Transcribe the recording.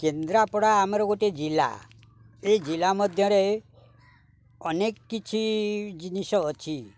କେନ୍ଦ୍ରାପଡ଼ା ଆମର ଗୋଟେ ଜିଲ୍ଲା ଏଇ ଜିଲ୍ଲା ମଧ୍ୟରେ ଅନେକ କିଛି ଜିନିଷ ଅଛି